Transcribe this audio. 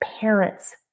parents